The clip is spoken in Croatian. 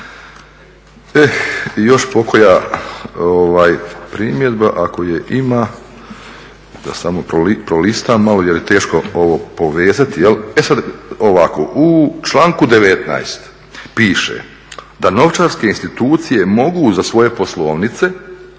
I još pokoja primjedba, ako je ima, da samo prolistam malo jer je teško ovo povezati. E sad ovako, u članku 19. piše da novčarske institucije mogu za svoje poslovnice,